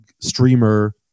streamer